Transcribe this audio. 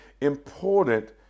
important